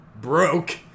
broke